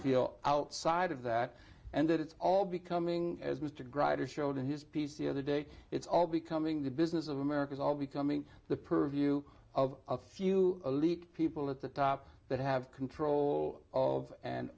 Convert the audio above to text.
feel outside of that and that it's all becoming as mr grider showed in his piece the other day it's all becoming the business of america is all becoming the purview of a few elite people at the top that have control of and